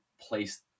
place